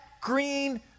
green